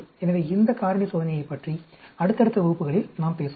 எனவே இந்த காரணி சோதனையைப் பற்றி அடுத்தடுத்த வகுப்புகளில் நாம் பேசுவோம்